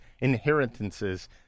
inheritances